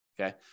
Okay